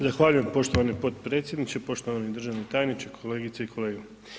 Zahvaljujem poštovani potpredsjedniče, poštovani državni tajniče, kolegice i kolege.